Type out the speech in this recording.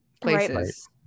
places